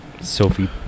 Sophie